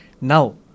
Now